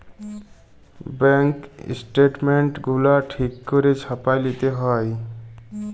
bank statements গুলা ঠিক ক্যইরে ছাপাঁয় লিতে হ্যয়